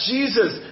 Jesus